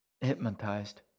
Hypnotized